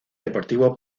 deportivo